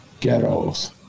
ghettos